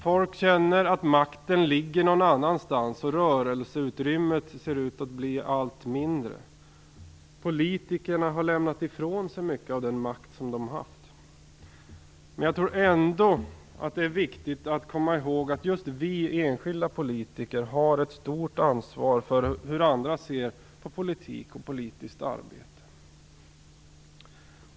Folk känner att makten ligger någon annanstans, och rörelseutrymmet ser ut att bli allt mindre. Politikerna har lämnat ifrån sig mycket av den makt som de har haft. Men jag tror ändå att det är viktigt att komma ihåg att just vi enskilda politiker har ett stort ansvar för hur andra ser på politik och politiskt arbete.